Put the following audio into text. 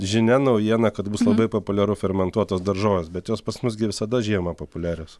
žinia naujiena kad bus labai populiaru fermentuotos daržovės bet jos pas mus gi visada žiemą populiarios